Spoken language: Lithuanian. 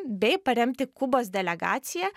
bei paremti kubos delegaciją